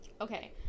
okay